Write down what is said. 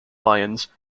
lyons